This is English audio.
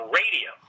radio